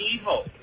evil